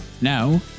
Now